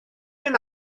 mynd